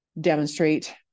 demonstrate